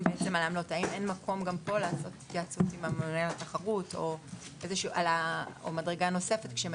האם אין מקום גם פה לעשות התייעצות עם הממונה על התחרות או מדרגה נוספת?